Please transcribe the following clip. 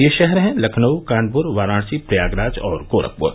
ये शहर हैं लखनऊ कानपुर वाराणसी प्रयागराज और गोरखपुर